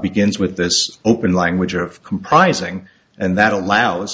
begins with this open language of comprising and that allows